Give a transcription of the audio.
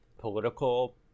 political